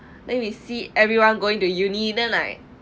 then we see everyone going to uni then like